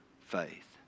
faith